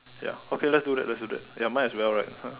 ya okay let's do that let's do that ya might as well right ha